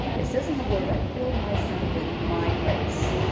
it says in the word, i filled my son with my grace,